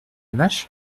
vache